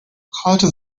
carlton